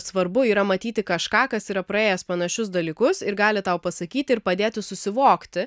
svarbu yra matyti kažką kas yra praėjęs panašius dalykus ir gali tau pasakyti ir padėti susivokti